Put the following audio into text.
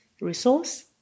resource